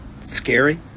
scary